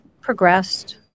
progressed